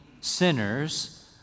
sinners